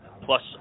Plus